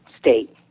state